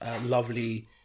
lovely